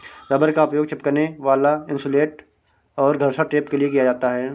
rubber का उपयोग चिपकने वाला इन्सुलेट और घर्षण टेप के लिए किया जाता है